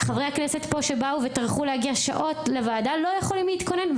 חברי הכנסת שבאו לפה וטרחו שעות להגיע לוועדה לא יכולים להתכונן,